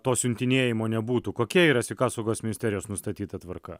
to siuntinėjimo nebūtų kokia yra sveikatos saugos ministerijos nustatyta tvarka